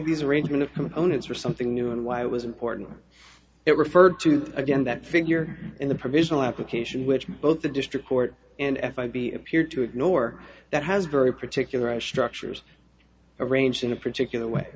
these arrangement of components were something new and why it was important it referred to again that figure in the provisional application which both the district court and f i b appear to ignore that has very particular a structure is arranged in a particular